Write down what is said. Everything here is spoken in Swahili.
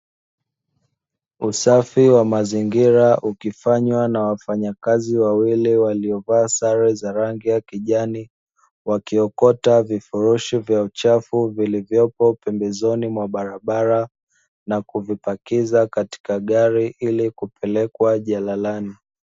Usafi wa mazingira ukifanywa na wafanyakazi wawili waliovaa sare za rangi ya kijani, wakiokota vifurushi vya uchafu vilivyopo pembezoni mwa barabara na kuvipakiza katika gari ili kupelekwa jalalani.